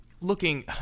looking